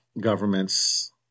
Governments